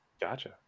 gotcha